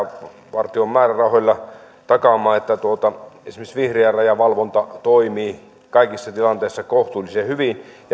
rajavartioston määrärahoilla takaamaan että esimerkiksi vihreän rajan valvonta toimii kaikissa tilanteissa kohtuullisen hyvin ja